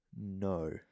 No